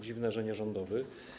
Dziwne, że nie rządowy.